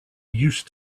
used